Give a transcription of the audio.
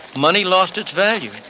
money lost its value.